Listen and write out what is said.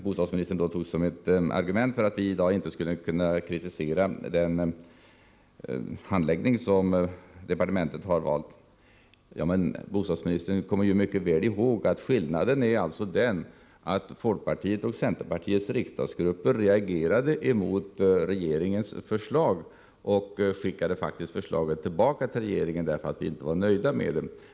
Bostadsministern tog den som ett argument för att vi i dag inte skulle kunna kritisera den handläggning som departementet har valt. Men bostadsministern kommer ju mycket väl ihåg att skillnaden är den att folkpartiets och centerpartiets riksdagsgrupper reagerade mot regeringens förslag. Vi skickade faktiskt tillbaka förslaget till regeringen därför att vi inte var nöjda med det.